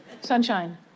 sunshine